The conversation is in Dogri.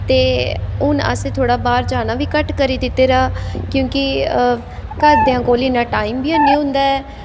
ते हून असें थोह्ड़ा बाह्र जाना बी घट्ट करी दित्ते दा क्योंकि घर देआं कोल इन्ना टाईम बी निं होंदा ऐ